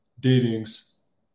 Datings